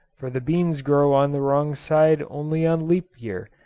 for the beans grow on the wrong side only on leap-year,